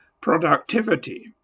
productivity